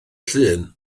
llun